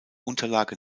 unterlage